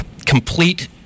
complete